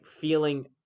feeling